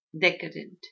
decadent